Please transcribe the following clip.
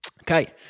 Okay